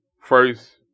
First